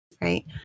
Right